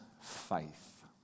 faith